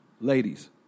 ladies